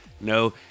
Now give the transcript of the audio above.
No